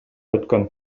өткөн